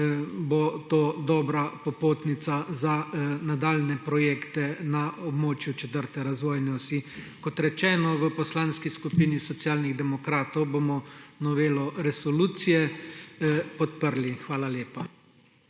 bo to dobra popotnica za nadaljnje projekte na območju četrte razvojne osi. Kot rečeno, v Poslanski skupini Socialnih demokratov bomo novelo resolucije podprli. Hvala lepa.